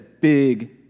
big